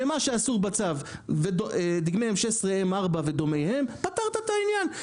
שמה שאסור בצו דגמי 16M 4 ודומיהם פתרת את העניין,